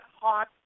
hot